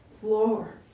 floor